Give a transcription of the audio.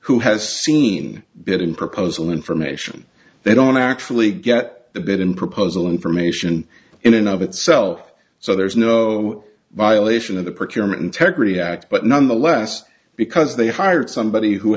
who has seen that in proposal information they don't actually get a bit in proposal information in and of itself so there's no violation of the procurement integrity act but nonetheless because they hired somebody who